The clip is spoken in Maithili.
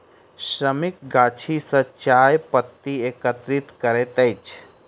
श्रमिक गाछी सॅ चाय पत्ती एकत्रित करैत अछि